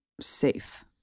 safe